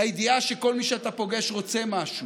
הידיעה שכל מי שאתה פוגש רוצה משהו,